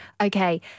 okay